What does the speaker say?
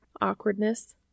Awkwardness